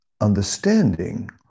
understanding